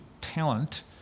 talent